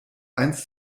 eins